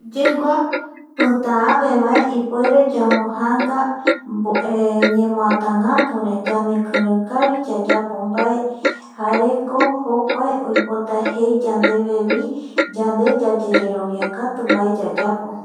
Yigua pitaave bae ipuere yamo janga ñemuatagatu re yandekiren kavi yayapo bae jareko jokuae oipota jei yandeve bi yande yayererobiakatu bae yayapo